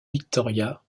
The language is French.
victoria